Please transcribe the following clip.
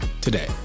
today